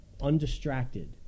undistracted